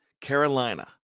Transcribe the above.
Carolina